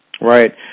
Right